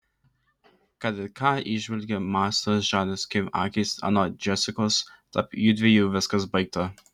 kad ir ką įžvelgė mąslios žalios kim akys anot džesikos tarp jųdviejų viskas baigta